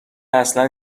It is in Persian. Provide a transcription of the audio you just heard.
اصلا